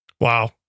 Wow